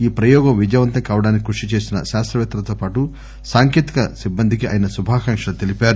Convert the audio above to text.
ఈ ప్రయోగం విజయవంతం కావడానికి కృషి చేసిన శాస్తపేత్తలతో పాటు సాంకేతిక సిబ్బందికి ఆయన శుభాకాంక్షలు తెలిపారు